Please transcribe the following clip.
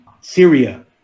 Syria